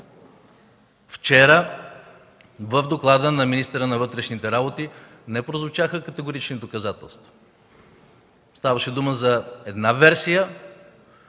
Вчера, в доклада на министъра на вътрешните работи не прозвучаха категорични доказателства. Ставаше дума за една версия,